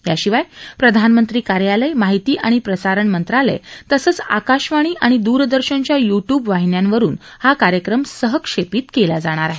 याशिवाय प्रधानमंत्री कार्यालय माहिती आणि प्रसारण मंत्रालय तसंच आकाशवाणी आणि द्रदर्शनच्या युट्युब वाहिन्यांवरून हा कार्यक्रम सहक्षेपित केला जाणार आहे